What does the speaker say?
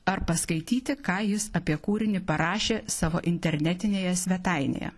ar paskaityti ką jis apie kūrinį parašė savo internetinėje svetainėje